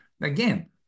again